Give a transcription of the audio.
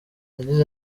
yagize